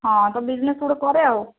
ହଁ ତ ବିଜ୍ନେସ୍ ଗୋଟେ କରେ ଆଉ